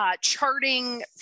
charting